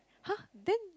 !huh! then